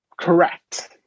Correct